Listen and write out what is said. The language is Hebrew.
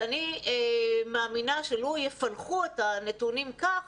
אני מאמינה שלו יפלחו את הנתונים כך,